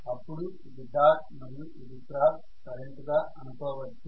అప్పుడు ఇది డాట్ మరియు ఇది క్రాస్ కరెంటు గా అనుకోవచ్చు